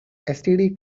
std